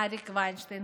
אריק ויינשטיין,